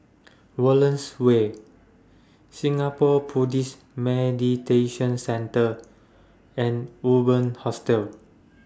Wallace Way Singapore Buddhist Meditation Centre and Urban Hostel